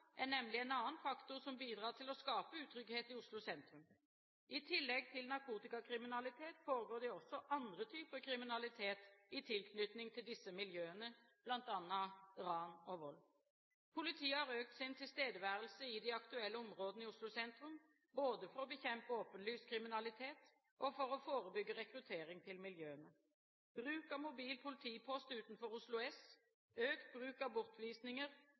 er nemlig en annen faktor som bidrar til å skape utrygghet i Oslo sentrum. I tillegg til narkotikakriminalitet foregår det også andre typer av kriminalitet i tilknytning til disse miljøene, bl.a. ran og vold. Politiet har økt sin tilstedeværelse i de aktuelle områdene i Oslo sentrum, både for å bekjempe åpenlys kriminalitet og for å forebygge rekruttering til miljøene. Bruk av mobil politipost utenfor Oslo S, økt bruk av bortvisninger